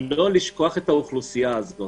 -- על מנת לא לשכוח את האוכלוסייה הזאת.